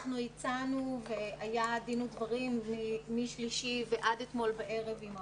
אנחנו הצענו ו‏היה דין ודברים משלישי ועד ואתמול בערב עם ההורים.